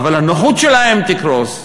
אבל הנוחות שלהם תקרוס.